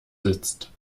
sitzt